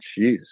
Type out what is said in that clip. jeez